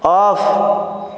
off